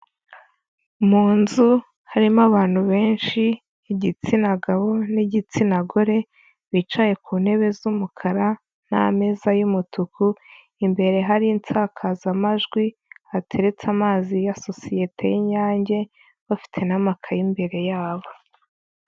Mu nzu harimo abantu benshi, igitsina gabo n'igitsina gore, bicaye ku ntebe z'umukara n'ameza y'umutuku, imbere hari insakazamajwi hateretse amazi ya sosiyete y'inyange bafite n'amakaye imbere yabo.